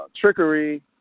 trickery